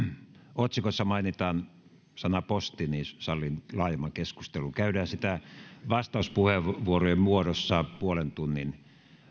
otsikossa mainitaan sana posti niin sallin laajemman keskustelun käydään sitä vastauspuheenvuorojen muodossa puolen tunnin